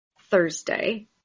Thursday